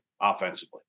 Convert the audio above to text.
offensively